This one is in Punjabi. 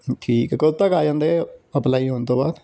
ਠੀਕ ਹੈ ਕਦੋਂ ਤੱਕ ਆ ਜਾਂਦੇ ਅਪਲਾਈ ਹੋਣ ਤੋਂ ਬਾਅਦ